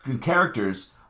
characters